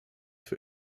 für